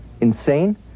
Insane